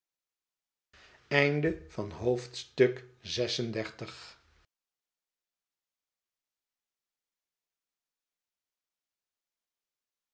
begin van het